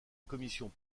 commission